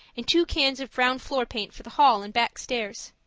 and two cans of brown floor paint for the hall and back stairs.